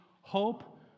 Hope